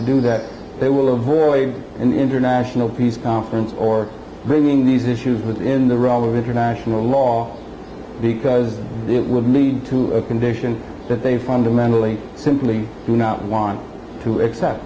to do that they will avoid an international peace conference or bringing these issues within the realm of international law because it would need to a condition that they fundamentally simply do not want to